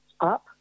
up